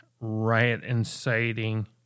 riot-inciting